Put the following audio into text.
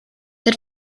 that